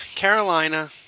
Carolina